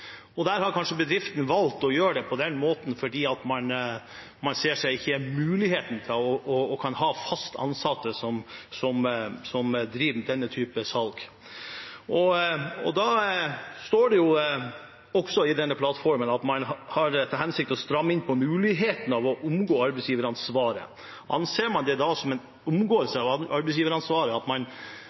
Der har kanskje bedriften valgt å gjøre det på den måten fordi de ikke ser muligheten til å kunne ha fast ansatte som driver med den typen salg. Det står også i denne plattformen at man har til hensikt å stramme inn på muligheten til å omgå arbeidsgiveransvaret. Anser man det da som en omgåelse av arbeidsgiveransvaret at man